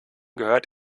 gehört